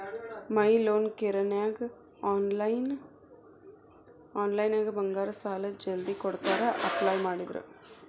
ಮೈ loan ಕೇರನ್ಯಾಗ ಆನ್ಲೈನ್ನ್ಯಾಗ ಬಂಗಾರ ಸಾಲಾ ಜಲ್ದಿ ಕೊಡ್ತಾರಾ ಅಪ್ಲೈ ಮಾಡಿದ್ರ